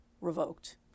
revoked